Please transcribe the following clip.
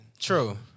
True